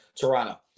Toronto